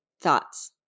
Thoughts